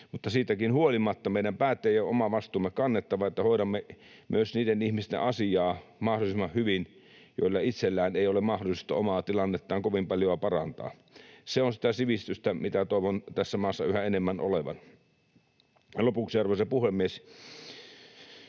mutta siitäkin huolimatta meidän päättäjien on oma vastuumme kannettava, että hoidamme mahdollisimman hyvin myös niiden ihmisten asiaa, joilla itsellään ei ole mahdollisuutta omaa tilannettaan kovin paljoa parantaa. Se on sitä sivistystä, mitä toivon tässä maassa yhä enemmän olevan. Lopuksi, arvoisa puhemies,